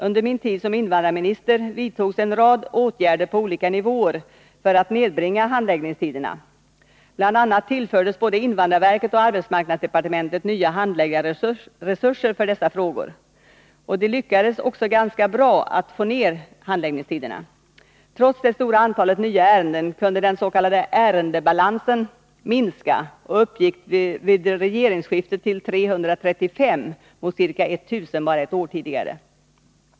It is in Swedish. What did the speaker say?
Under min tid som invandrarminister vidtogs en rad åtgärder på olika nivåer för att nedbringa handläggningstiderna. Bl. a. tillfördes både invandrarverket och arbetsmarknadsdepartementet nya handläggarresurser för dessa frågor. Och det lyckades också ganska bra att få ner handläggningstiderna. Trots det stora antalet nya ärenden kunde den s.k. ärendebalansen minska och uppgick vid regeringsskiftet till 335 mot ca 1000 bara ett år tidigare.